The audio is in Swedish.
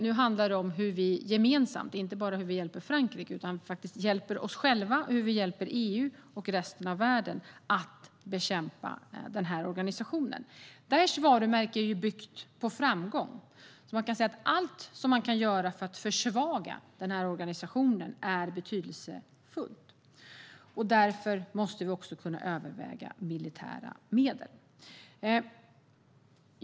Nu handlar det som hur vi gemensamt inte bara hjälper Frankrike utan oss själva, EU och resten av världen att bekämpa denna organisation. Daishs varumärke är byggt på framgång. Allt som man kan göra för att försvaga organisationen är betydelsefullt. Därför måste vi också kunna överväga militära medel.